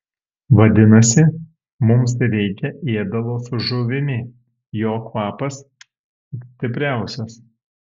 vadinasi mums reikia ėdalo su žuvimi jo kvapas stipriausias